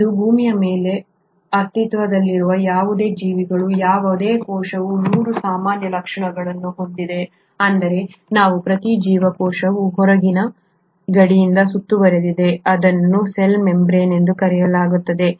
ಇಂದು ಭೂಮಿಯ ಮೇಲೆ ಅಸ್ತಿತ್ವದಲ್ಲಿರುವ ಯಾವುದೇ ಜೀವಿಗಳ ಯಾವುದೇ ಕೋಶವು 3 ಸಾಮಾನ್ಯ ಲಕ್ಷಣಗಳನ್ನು ಹೊಂದಿದೆ ಅಂದರೆ ಪ್ರತಿ ಜೀವಕೋಶವು ಹೊರಗಿನ ಗಡಿಯಿಂದ ಸುತ್ತುವರೆದಿದೆ ಇದನ್ನು ಸೆಲ್ ಮೆಂಬ್ರೇನ್ ಎಂದು ಕರೆಯಲಾಗುತ್ತದೆ